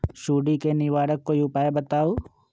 सुडी से निवारक कोई उपाय बताऊँ?